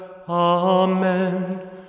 Amen